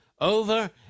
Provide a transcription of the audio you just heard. over